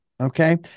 Okay